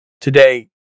today